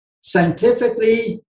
scientifically